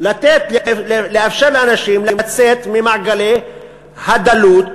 לאפשר לאנשים לצאת ממעגלי הדלות,